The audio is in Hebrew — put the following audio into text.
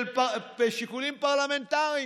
שיקולים פרלמנטריים.